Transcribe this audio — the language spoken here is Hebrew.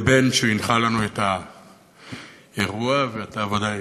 לבן, שהנחה לנו את האירוע, ודאי